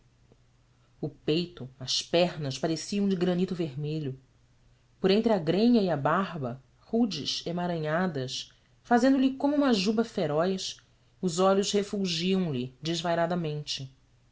o peito as pernas pareciam de granito vermelho por entre a grenha e a barba rudes emaranhadas fazendo-lhe como uma juba feroz os olhos refulgiam lhe desvairadamente